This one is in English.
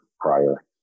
prior